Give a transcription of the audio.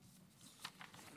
שאלה נוספת.